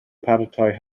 paratoi